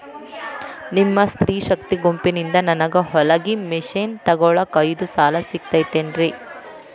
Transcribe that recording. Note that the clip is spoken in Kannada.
ನಿಮ್ಮ ಸ್ತ್ರೇ ಶಕ್ತಿ ಗುಂಪಿನಿಂದ ನನಗ ಹೊಲಗಿ ಮಷೇನ್ ತೊಗೋಳಾಕ್ ಐದು ಸಾಲ ಸಿಗತೈತೇನ್ರಿ?